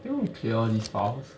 do you want me to clear all these files